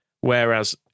whereas